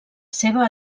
seva